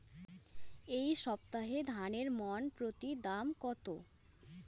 এই সপ্তাহে ধানের মন প্রতি দাম কত?